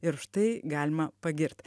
ir už tai galima pagirt